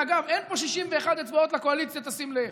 ואגב, אין פה 61 אצבעות לקואליציה, תשימו לב.